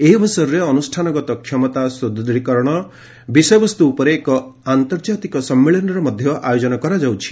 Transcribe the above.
ଏହି ଅବସରରେ ଅନୁଷ୍ଠାନଗତ କ୍ଷମତା ସୁଦୃଢ଼ୀକରଣ ବିଷୟବସ୍ତୁ ଉପରେ ଏକ ଆନ୍ତର୍ଜାତିକ ସମ୍ମିଳନୀର ମଧ୍ୟ ଆୟୋଜନ କରାଯାଉଛି